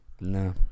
No